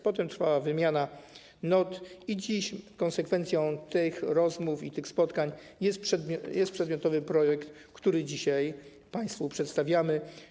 Potem trwała wymiana not i dziś konsekwencją tych rozmów i tych spotkań jest przedmiotowy projekt, który dzisiaj państwu przedstawiamy.